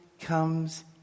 comes